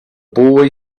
boy